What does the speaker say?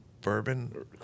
bourbon